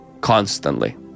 constantly